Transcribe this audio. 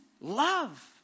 love